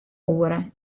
oere